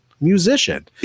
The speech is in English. musician